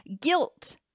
Guilt